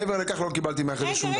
מעבר לכך לא קיבלתי שום דבר.